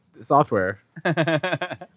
software